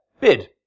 bid